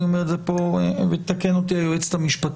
אני אומר את זה פה ותתקן אותי היועצת המשפטית,